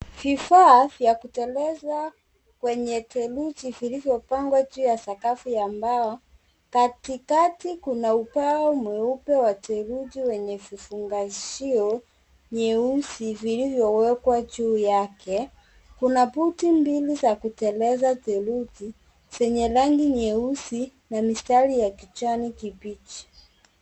Vifaa vya kuteleza kwenye theluji vilivyopangwa juu ya sakafu ya mbao. Katikati kuna ubao mweupe wa theluji wenye vifungashio nyeusi vilivyowekwa juu yake. Kuna buti mbili za kuteleza theluji zenye rangi nyeusi na mistari ya kijani kibichi.